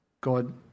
God